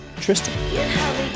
Tristan